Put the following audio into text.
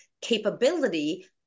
capability